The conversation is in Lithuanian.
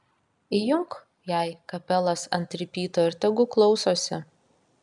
įjunk jai kapelas ant ripyto ir tegu klausosi